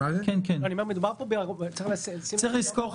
צריך לזכור,